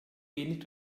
wenig